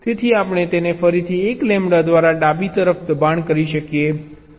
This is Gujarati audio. તેથી આપણે તેને ફરીથી 1 લેમ્બડા દ્વારા ડાબી તરફ દબાણ કરી શકીએ છીએ